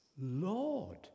Lord